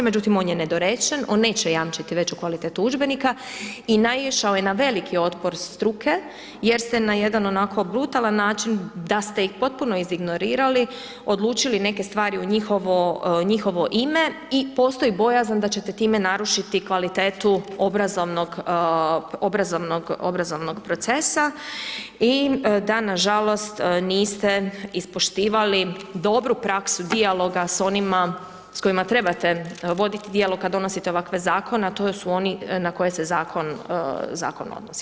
Međutim, on je nedorečen, on neće jamčiti veću kvalitetu udžbenika i naišao je na velik otpor struke jer se na jedan, onako brutalan način, da ste ih potpuno izignorirali, odlučili neke stvari u njihovo ime i postoji bojazan da ćete time narušiti kvalitetu obrazovnog procesa i da, na žalost niste ispoštivali dobru praksu dijaloga s onima s kojima trebate voditi dijalog kad donosite ovakve zakone, a to su oni na koje se zakon odnosi.